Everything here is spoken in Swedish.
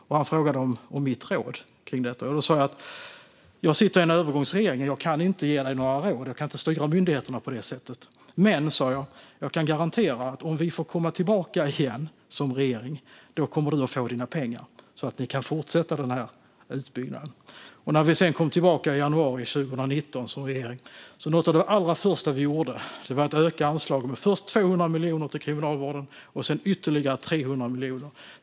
Och han frågade mig om råd. Jag sa att jag satt i en övergångsregering och att jag inte kunde ge honom några råd, att jag inte kunde styra myndigheterna på det sättet. Men jag sa att jag kunde garantera att om vi kom tillbaka igen som regering skulle han få sina pengar så att Kriminalvården kan fortsätta utbyggnaden. När vi sedan kom tillbaka som regering i januari 2019 var något av de allra första vi gjorde att öka anslagen till Kriminalvården med först 200 miljoner och sedan ytterligare 300 miljoner.